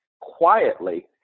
quietly